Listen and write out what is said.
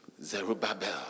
Zerubbabel